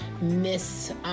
Miss